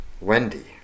Wendy